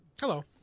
Hello